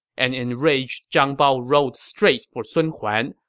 an enraged zhang bao rode straight for sun huan,